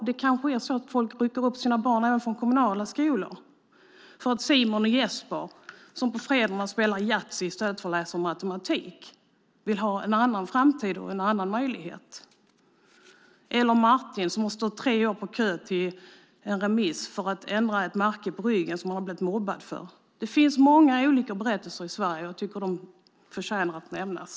Det kanske är så att folk rycker upp sina barn även från kommunala skolor. Simon och Jesper, som på fredagarna spelar Yatzy i stället för att läsa matematik, kanske vill ha en annan framtid och andra möjligheter, liksom Martin, som har stått tre år i kö i väntan på en remiss för att få ändra ett märke på ryggen som han har blivit mobbad för. Det finns många olika berättelser i Sverige, och jag tycker att de förtjänar att nämnas.